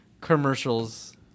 commercials